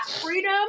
freedom